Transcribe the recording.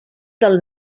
del